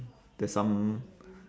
there's some